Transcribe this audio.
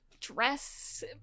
dress